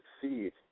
succeed